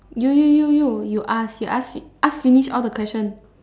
you you you you you ask you ask ask finish all the question